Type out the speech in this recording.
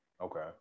Okay